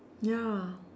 ya